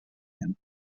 him